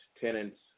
tenants